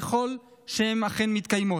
ככל שהן אכן מתקיימות.